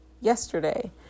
yesterday